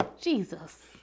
Jesus